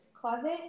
closet